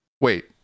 Wait